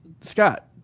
Scott